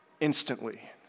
instantly